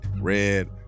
Red